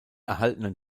erhaltenen